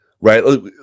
Right